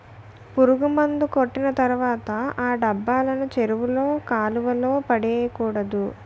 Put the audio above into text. పురుగుమందు కొట్టిన తర్వాత ఆ డబ్బాలను చెరువుల్లో కాలువల్లో పడేకూడదు